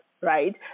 right